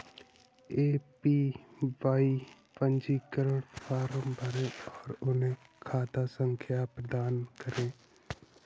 APY पंजीकरण form भरें और उन्हें खाता संख्या प्रदान करें